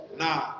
now